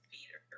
Peter